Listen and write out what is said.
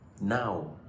now